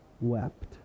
wept